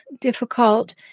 difficult